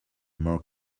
more